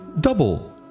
double